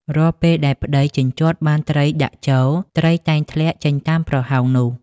រាល់ពេលដែលប្តីជញ្ជាត់បានត្រីដាក់ចូល ត្រីតែងធ្លាក់ចេញតាមប្រហោងនោះ។